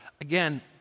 Again